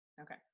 Okay